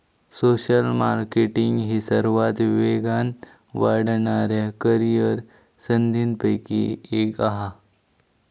social marketing ही सर्वात वेगान वाढणाऱ्या करीअर संधींपैकी एक हा